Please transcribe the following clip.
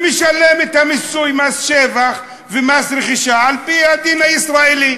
ומשלם את מיסוי מס שבח ומס רכישה על-פי הדין הישראלי.